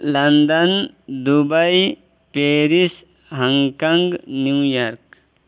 London Dubai Paris Hong Kong New York